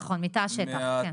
נכון, מתא השטח, כן.